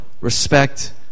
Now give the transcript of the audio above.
respect